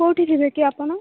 କେଉଁଠି ଯିବେ କି ଆପଣ